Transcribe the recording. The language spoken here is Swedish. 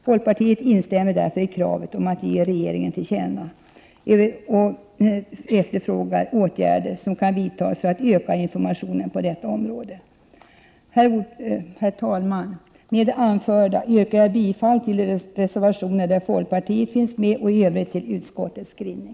Folkpartiet instämmer därför i kravet om att ge regeringen till känna vad utskottet anser och att det skall ankomma på regeringen att närmare överväga vilka åtgärder som skall vidtas för att öka informationen på detta område. Herr talman! Med det anförda yrkar jag bifall till de reservationer där folkpartiet finns med och i övrigt till utskottets hemställan.